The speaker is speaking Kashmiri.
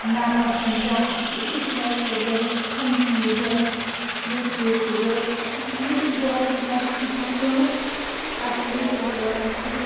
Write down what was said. نا پسنٛد یا اسہِ چھِ اِتھ لَڑکہٕ ضرورت ہُم چیٖز ضرورت یِم چیٖز چھِ ضرورت تہٕ اَتھ میٹنگ دوران کیٛاہ چھِ گژھان کٲم اَتھ میٹنگ دوران چھِ